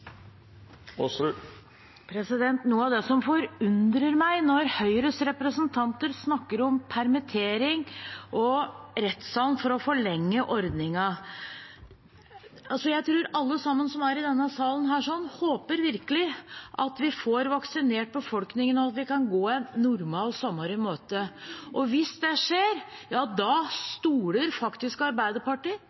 som forundrer meg når Høyres representanter snakker om permittering og redselen for å forlenge ordningen – jeg tror alle som er i denne salen, virkelig håper at vi får vaksinert befolkningen, og at vi kan gå en normal sommer i møte. Og hvis det skjer, stoler faktisk Arbeiderpartiet